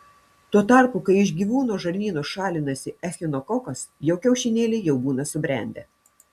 tuo tarpu kai iš gyvūno žarnyno šalinasi echinokokas jo kiaušinėliai jau būna subrendę